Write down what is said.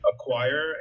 acquire